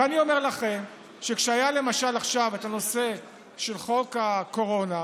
ואני אומר לכם שכשהיה למשל עכשיו את הנושא של חוק הקורונה,